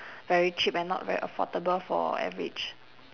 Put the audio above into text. very cheap and not very affordable for average